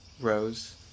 Rose